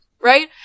right